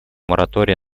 моратория